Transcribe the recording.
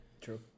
True